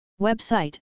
Website